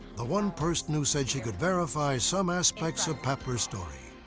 the one person who said she could verify some aspects of papler's story.